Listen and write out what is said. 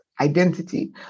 identity